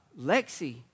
Lexi